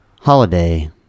Holiday